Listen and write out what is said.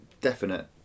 definite